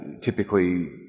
typically